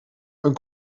een